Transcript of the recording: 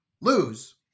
lose